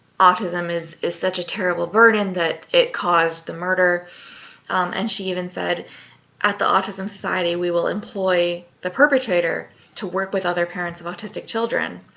autism is is such a terrible burden that it caused the murder and she even said at the autism society we will employ the perpetrator to work with other parents of autistic children